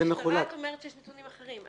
מהמשטרה את אומרת שיש נתונים אחרים.